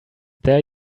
there